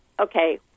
okay